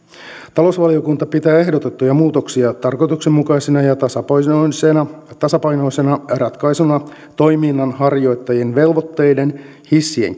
talousvaliokunta pitää ehdotettuja muutoksia tarkoituksenmukaisina ja ja tasapainoisena tasapainoisena ratkaisuna toiminnanharjoittajien velvoitteiden hissien